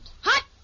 Hot